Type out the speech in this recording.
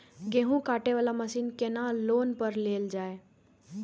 गेहूँ काटे वाला मशीन केना लोन पर लेल जाय?